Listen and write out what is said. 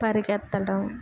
పరిగెత్తడం